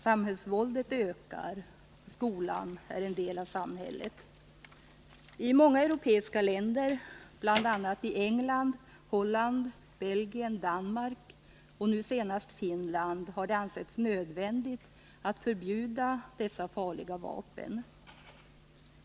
Samhällsvåldet ökar, skolan är en del av samhället. I många europeiska länder, bl.a. i England, Holland, Belgien, Danmark och nu senast Finland, har det ansetts nödvändigt att förbjuda dessa farliga vapen.